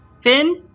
Finn